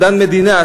מדען מדינה,